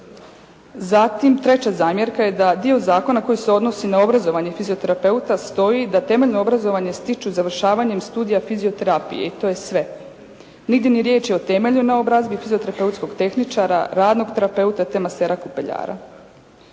Zatim, treća zamjerka je da dio zakona koji se odnosi na obrazovanje fizioterapeuta stoji da temeljno obrazovanje stiču završavanjem studija fizioterapije. I to je sve. Nigdje ni riječi o temeljnoj naobrazbi fizioterapeutskog tehničara, radnog terapeuta, te masera – kupeljara.